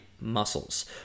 muscles